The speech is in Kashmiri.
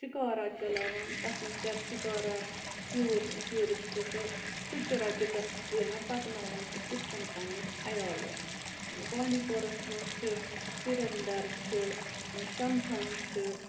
شِکارا چَلاوان تتھ مَنٛز کَرٕ شِکارا ٹوٗر ٹوٗرِسٹہٕ تہٕ سُہ چھُ رۄپیہِ دہ زینان پَکناوان چھِ تِتھ کنۍ پَننِس عَیالَس بانڈی پورَس مَنٛز چھِ سِرندر چھِ شَمتھَن چھِ